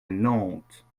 nantes